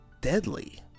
deadly